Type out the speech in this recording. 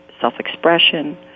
self-expression